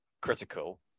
critical